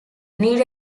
need